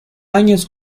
años